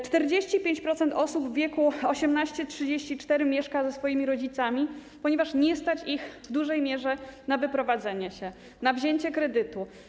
45% osób w wieku 18 lat - 34 lata mieszka ze swoimi rodzicami, ponieważ nie stać ich w dużej mierze na wyprowadzenie się, na wzięcie kredytu.